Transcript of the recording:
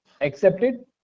accepted